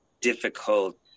difficult